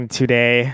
today